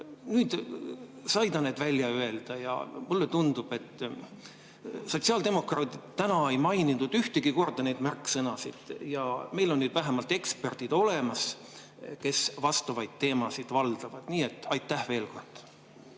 nüüd sai ta need välja öelda. Sotsiaaldemokraadid täna ei maininud ühtegi korda neid märksõnasid, aga meil on nüüd vähemalt eksperdid olemas, kes vastavaid teemasid valdavad. Nii et aitäh veel kord!